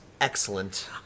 Excellent